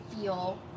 feel